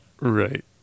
right